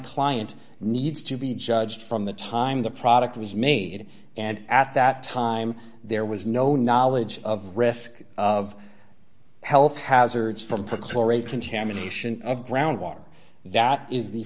client needs to be judged from the time the product was made and at that time there was no knowledge of risk of health hazards from perchlorate contamination of groundwater that is the